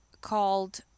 called